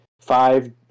five